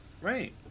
Right